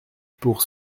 pour